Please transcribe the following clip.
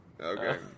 Okay